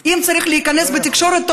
אם צריך להיכנס בתקשורת,